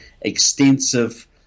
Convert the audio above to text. extensive